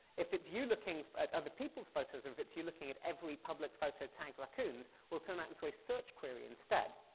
if it's you looking at other people's photos or if it's you looking at every public photo tagged raccoons, we'll turn that into a search query instead.